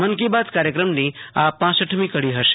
મન કી બાત કાર્ચક્રમની આ કપમી કડી ફશે